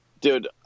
Dude